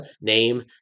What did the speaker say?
name